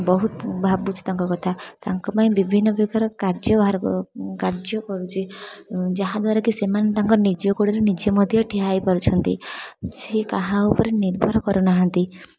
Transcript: ବହୁତ ଭାବୁଛି ତାଙ୍କ କଥା ତାଙ୍କ ପାଇଁ ବିଭିନ୍ନ ପ୍ରକାର କାର୍ଯ୍ୟ ବାହାର କାର୍ଯ୍ୟ କରୁଛି ଯାହା ଦ୍ୱାରା କି ସେମାନେ ତାଙ୍କ ନିଜ ଗୋଡ଼ରେ ନିଜେ ମଧ୍ୟ ଠିଆ ହେଇପାରୁଛନ୍ତି ସିଏ କାହା ଉପରେ ନିର୍ଭର କରୁନାହାଁନ୍ତି